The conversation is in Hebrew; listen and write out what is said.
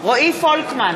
רועי פולקמן,